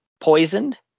poisoned